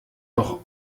doch